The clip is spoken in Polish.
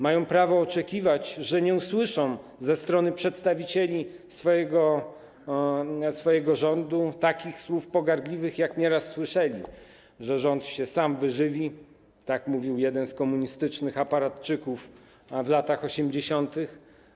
Mają prawo oczekiwać, że nie usłyszą ze strony przedstawicieli swojego rządu takich słów pogardliwych, jak nieraz słyszeli, że rząd się sam wyżywi - tak mówił jeden z komunistycznych aparatczyków w latach 80.